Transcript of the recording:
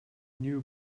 new